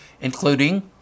including